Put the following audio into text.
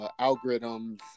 algorithms